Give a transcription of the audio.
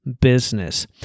business